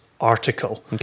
article